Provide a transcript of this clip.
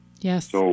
Yes